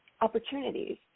opportunities